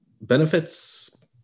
Benefits